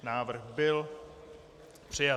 Návrh byl přijat.